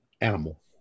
animal